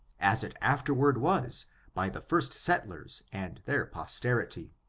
as it after ward was by the first settlers and their posterity.